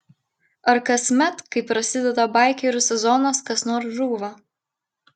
ar kasmet kai prasideda baikerių sezonas kas nors žūva